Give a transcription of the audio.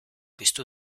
piztu